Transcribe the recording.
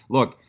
Look